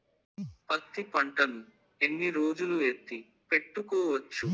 పత్తి పంటను ఎన్ని రోజులు ఎత్తి పెట్టుకోవచ్చు?